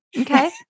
Okay